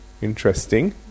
interesting